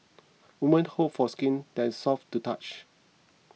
women hope for skin that is soft to touch